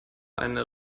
eine